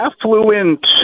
affluent